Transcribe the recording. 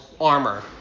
armor